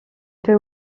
peut